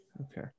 Okay